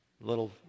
Little